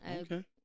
Okay